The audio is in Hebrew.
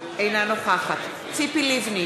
אינה נוכחת ציפי לבני,